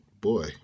boy